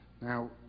Now